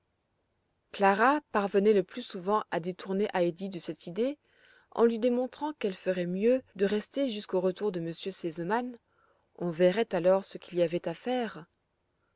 clara parvenait le plus souvent à détourner heidi de cette idée en lui démontrant qu'elle ferait mieux de rester jusqu'au retour de m r sesemann on verrait alors ce qu'il y avait à faire